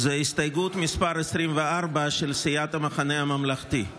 זו הסתייגות מס' 24, של סיעת המחנה הממלכתי.